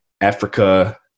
Africa